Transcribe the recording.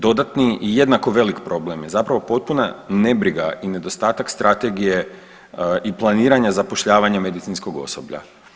Dodatni i jednako velik problem je zapravo potpuna nebriga i nedostatak strategije i planiranja zapošljavanja medicinskog osoblja.